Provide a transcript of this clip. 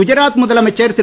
குஜராத் முதலமைச்சர் திரு